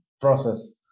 process